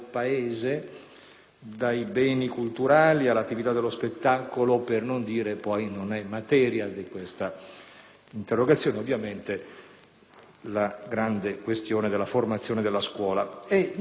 dai beni culturali all'attività dello spettacolo, per non parlare poi - non è materia di questa interrogazione - della grande questione della formazione e della scuola? Infine,